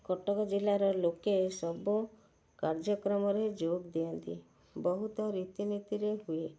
କଟକ ଜିଲ୍ଲାର ଲୋକେ ସବୁ କାର୍ଯ୍ୟକ୍ରମରେ ଯୋଗ ଦିଅନ୍ତି ବହୁତ ରୀତିନୀତିରେ ହୁଏ